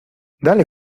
dale